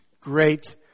great